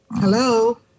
Hello